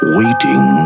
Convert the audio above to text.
waiting